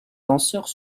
danseurs